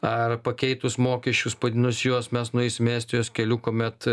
ar pakeitus mokesčius padidinus juos mes nueisim estijos keliu kuomet